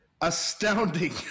Astounding